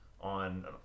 on